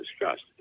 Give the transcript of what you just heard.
discussed